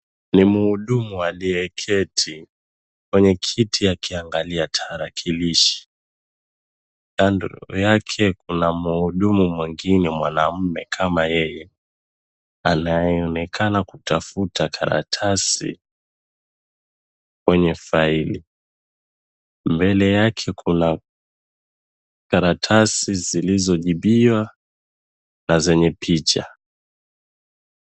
Ni mhudumu aliyeketi, kwenye kiti akiangalia tarakilishi. Kando yake kuna mhudumu mwingine mwanamume kama yeye, anayeonekana kutafuta karatasi kwenye faili. Mbele yake kuna karatasi zilizojibiwa na zenye picha.